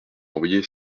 envoyer